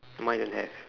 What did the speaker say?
mine don't have